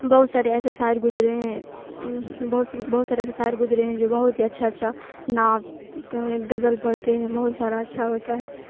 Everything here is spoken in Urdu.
بہت سارے ایسے شاعر گزرے ہیں بہت سارے ایسے شاعر گزرے ہیں جو بہت ہی اچھا اچھا نعت غزل پڑھتے ہیں بہت سارا اچھا ہوتا ہے